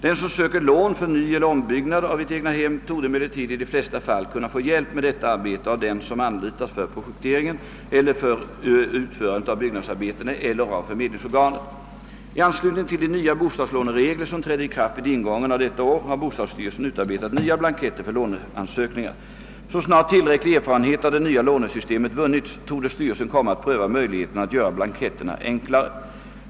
Den som söker lån för nyeller ombyggnad av ett egnahem torde emellertid i de flesta fall kunna få hjälp med detta arbete av den som anlitas för projekteringen eller utförandet av byggnadsarbetena eller av förmedlingsorganet. I anslutning till de nya bostadslåneregler som trädde i kraft vid ingången av detta år har bostadsstyrelsen utarbetat nya blanketter för låneansökningar. Så snart tillräcklig erfarenhet av det nya lånesystemet vunnits torde styrelsen komma att pröva möjligheterna att göra blanketterna enklare.